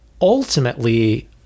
Ultimately